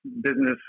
business